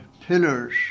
pillars